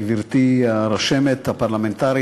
גברתי הרשמת הפרלמנטרית,